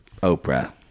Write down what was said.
Oprah